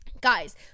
Guys